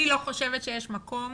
אני לא חושבת שיש מקום